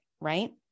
right